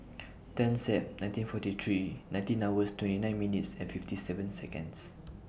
ten Sep nineteen forty three nineteen twenty nine minutes and fifty seven Seconds